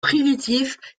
primitif